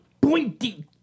pointy